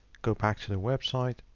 go back to the website.